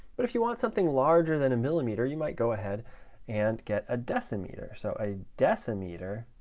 but if you want something larger than a millimeter you might go ahead and get a decimeter. so a decimeter